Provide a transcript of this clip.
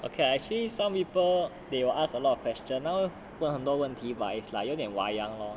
okay lah actually some people they will ask a lot of question now people 很多问题 but 有点 wayang lor